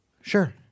Sure